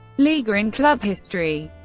liga in club history.